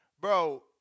bro